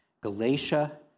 Galatia